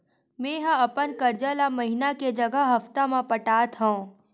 मेंहा अपन कर्जा ला महीना के जगह हप्ता मा पटात हव